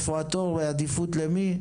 איפה התור ועדיפות למי.